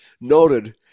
noted